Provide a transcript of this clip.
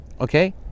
Okay